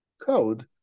code